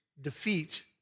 defeat